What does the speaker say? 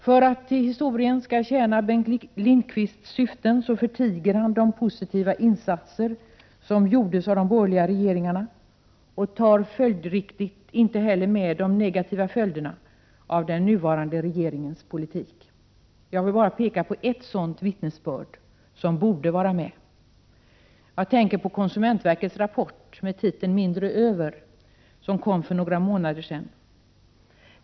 För att historien skall tjäna Bengt Lindqvists syften så förtiger han de positiva insatser som gjordes av de borgerliga regeringarna och tar följdriktigt inte heller med de negativa följderna av den nuvarande regeringens politik. Jag vill bara peka på ett sådant vittnesbörd som borde vara med. Jag tänker på konsumentverkets rapport med titeln ”Mindre över”, som kom för några månader sedan.